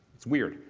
it's weird.